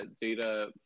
data